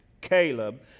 Caleb